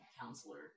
counselor